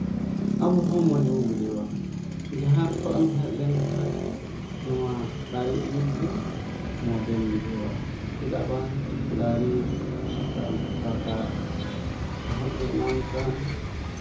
ᱟᱵᱚ ᱦᱚᱸ ᱢᱚᱽ ᱵᱚᱱ ᱵᱩᱡᱷᱟᱹᱣᱟ ᱡᱟᱦᱟᱸ ᱠᱷᱚᱡ ᱮᱢ ᱦᱮᱡ ᱞᱮᱱᱠᱷᱟᱡ ᱱᱚᱣᱟ ᱫᱟᱨᱮ ᱩᱢᱩᱞ ᱜᱮ ᱢᱚᱡᱽ ᱮᱢ ᱵᱩᱡᱷᱟᱹᱣᱟ ᱪᱮᱫᱟᱜ ᱵᱟᱝ ᱫᱟᱨᱮ ᱥᱟᱠᱟᱢ ᱚᱠᱟᱴᱟᱜ ᱥᱟᱸᱦᱮᱫ ᱮ ᱮᱢᱟᱢ ᱠᱟᱱ